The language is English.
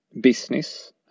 business